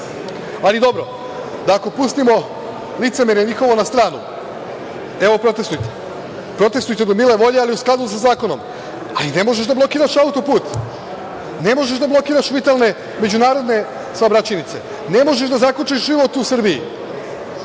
Ali dobro, da ako pustimo licemerje njihovo na stranu, evo, protestujte, protestujte do mile volje, ali u skladu sa zakonom. Ali, ne možeš da blokiraš autoput, ne možeš da blokiraš vitalne međunarodne saobraćajnice, ne možeš da zakočiš život u Srbiji,